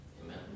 Amen